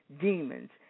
demons